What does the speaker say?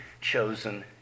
chosen